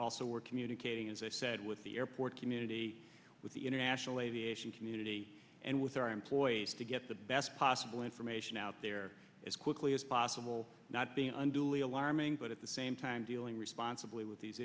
also were communicating as i said with the airport community with the international aviation community and with our employees to get the best possible information out there as quickly as possible not being unduly alarming but at the same time dealing responsibly with these